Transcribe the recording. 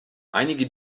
einige